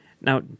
Now